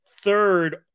third